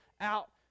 out